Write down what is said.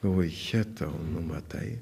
o jetau nu matai